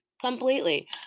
completely